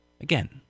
Again